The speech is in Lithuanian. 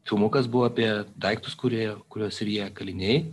filmukas buvo apie daiktus kurie kuriuos ryja kaliniai